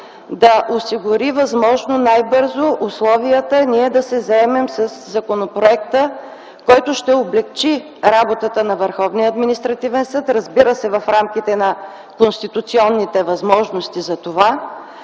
да осигури възможно най-бързо условията ние да се заемем със законопроекта, който ще облекчи работата на Върховния административен съд, разбира се, в рамките на конституционните възможности за това